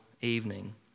evening